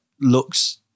looks